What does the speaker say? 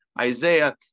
Isaiah